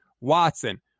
Watson